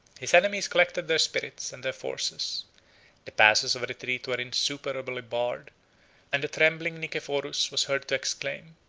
his enemies collected their spirits and their forces the passes of retreat were insuperably barred and the trembling nicephorus was heard to exclaim,